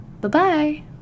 Bye-bye